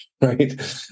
right